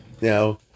Now